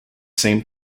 same